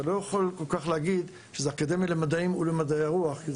אתה לא יכול להגיד שזאת אקדמיה למדעים ולמדעי הרוח.